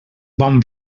bon